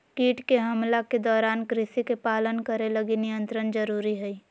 कीट के हमला के दौरान कृषि के पालन करे लगी नियंत्रण जरुरी हइ